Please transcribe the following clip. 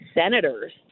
senators